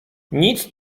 nic